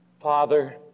Father